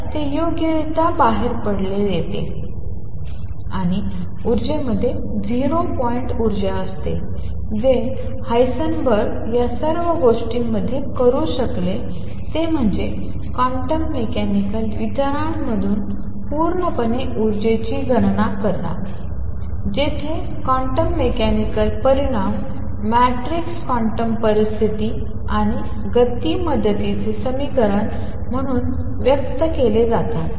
तर ते योग्यरित्या बाहेर येते आणि ऊर्जेमध्ये 0 पॉइंट ऊर्जा असते जे हेइसेनबर्ग या सर्व गोष्टींमध्ये करू शकले ते म्हणजे क्वांटम मेकॅनिकल विचारांमधून पूर्णपणे ऊर्जेची गणना करा जिथे क्वांटम मेकॅनिकल परिमाण मॅट्रिक्स क्वांटम परिस्थिती आणि गती मदतीचे समीकरण म्हणून व्यक्त केले जातात